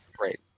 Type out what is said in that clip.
right